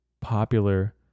popular